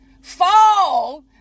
fall